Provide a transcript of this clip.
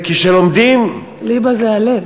וכשלומדים, ליבה זה הלב.